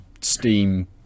Steam